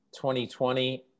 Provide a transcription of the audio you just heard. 2020